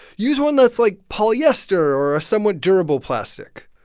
use one that's, like, polyester or a somewhat durable plastic.